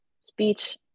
speech